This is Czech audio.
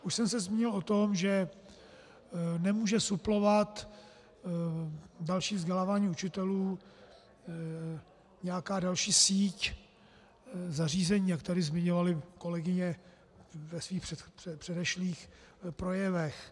Už jsem se zmínil o tom, že nemůže suplovat další vzdělávání učitelů nějaká další síť zařízení, jak tady zmiňovaly kolegyně ve svých předešlých projevech.